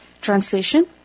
Translation